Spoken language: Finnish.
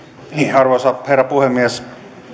arvoisa herra puhemies